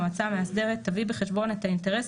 המועצה המאסדרת תביא בחשבון את האינטרס